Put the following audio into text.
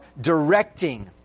directing